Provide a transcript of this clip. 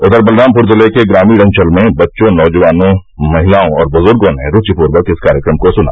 उधर बलरामपुर ज़िले के ग्रामीण अंचल में बच्चों नौजवानों महिलाओं व बुज़ुर्गों ने रूचि पूर्वक इस कार्यक्रम को सुना